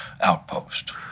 outpost